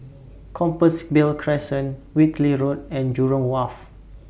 Compassvale Crescent Whitley Road and Jurong Wharf